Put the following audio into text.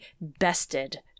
bested